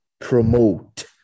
promote